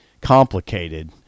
complicated